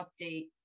update